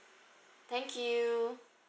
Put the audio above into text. thank you